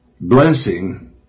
blessing